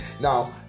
Now